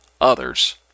others